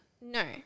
no